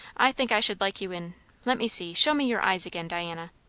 i think i should like you in let me see show me your eyes again, diana.